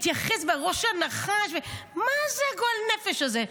וראש הנחש, ולהתייחס, מה זה הגועל נפש הזה?